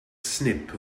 snip